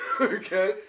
okay